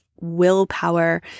willpower